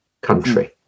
country